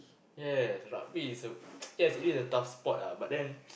yes rugby is a yes it is a tough sports ah but then